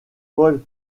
paul